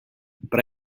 but